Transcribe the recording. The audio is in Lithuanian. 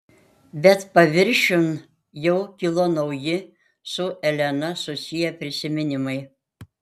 bet paviršiun jau kilo nauji su elena susiję prisiminimai